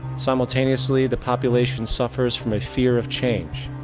simultaneously, the population suffers from a fear of change.